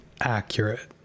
accurate